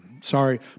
Sorry